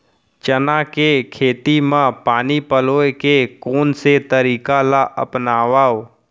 चना के खेती म पानी पलोय के कोन से तरीका ला अपनावव?